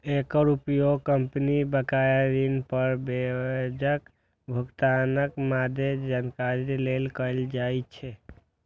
एकर उपयोग कंपनी बकाया ऋण पर ब्याजक भुगतानक मादे जानकारी लेल कैल जाइ छै